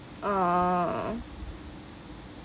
orh